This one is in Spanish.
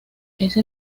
ese